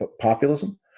populism